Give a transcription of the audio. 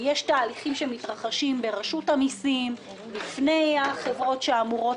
יש תהליכים שמתרחשים ברשות המסים בפני החברות שאמורות